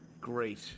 great